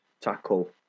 tackle